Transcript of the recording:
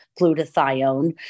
glutathione